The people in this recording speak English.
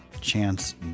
Chance